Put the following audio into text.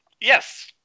Yes